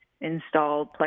Installed